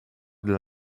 dla